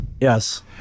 Yes